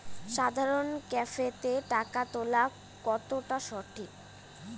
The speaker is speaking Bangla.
সাধারণ ক্যাফেতে টাকা তুলা কতটা সঠিক?